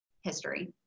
history